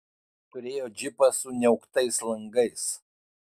turėjo džipą su niauktais langais